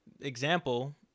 example